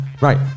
Right